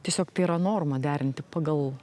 tiesiog tai yra norma derinti pagal